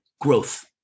growth